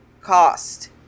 cost